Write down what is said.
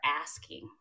asking